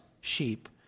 sheep